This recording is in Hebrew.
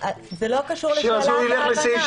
זה לא קשור לשאלה של ההבנה.